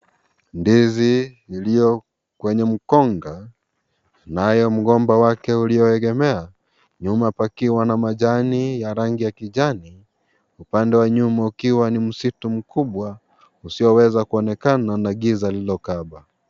Ndizi iliyo kwenye mkonga naye mgomba wake ukiegemea. Nyuma pakiwa na majani ya rangi ya kijani. Upande wa nyuma ukiwa ni msitu usioweza kuonekana na giza lililokaba.